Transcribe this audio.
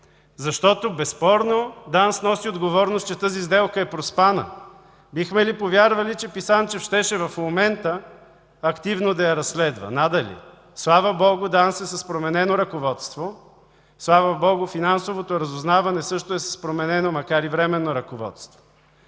защото безспорно ДАНС носи отговорност, че тази сделка е проспана. Бихме ли повярвали, че Писанчев щеше в момента активно да я разследва? Надали! Слава Богу, ДАНС е с променено ръководство, слава Богу, Финансовото разузнаване също е с променено, макар и временно, ръководство.